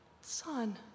Son